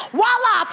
voila